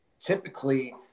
Typically